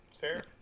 Fair